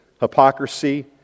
hypocrisy